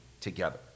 together